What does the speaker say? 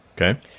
Okay